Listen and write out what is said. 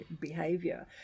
Behavior